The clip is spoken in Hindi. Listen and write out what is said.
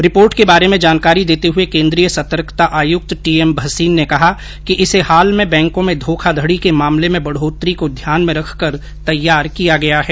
रिपोर्ट के बारे में जानकारी देते हुए केंद्रीय सतर्कता आयुक्त टी एम भसीन ने कहा कि इसे हाल में बैंकों में धोखा धड़ी के मामले में बढ़ोतरी को ध्यान में रखकर तैयार किया गया है